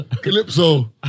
Calypso